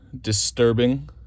disturbing